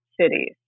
cities